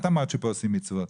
את אמרת שפה עושים מצוות.